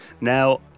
Now